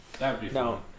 No